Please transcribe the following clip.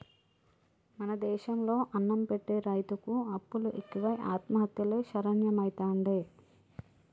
మన దేశం లో అన్నం పెట్టె రైతుకు అప్పులు ఎక్కువై ఆత్మహత్యలే శరణ్యమైతాండే